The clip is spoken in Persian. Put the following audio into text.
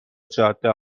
جاده